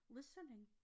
listening